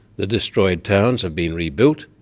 the destroyed towns have been rebuilt,